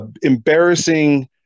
embarrassing